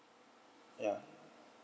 ya